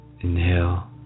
Inhale